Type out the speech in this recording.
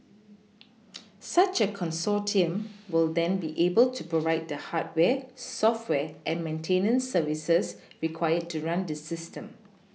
such a consortium will then be able to provide the hardware software and maintenance services required to run this system